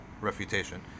refutation